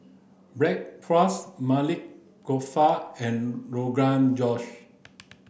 Bratwurst Maili Kofta and Rogan Josh